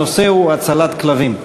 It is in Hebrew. הנושא הוא: הצלת כלבים.